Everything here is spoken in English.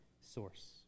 source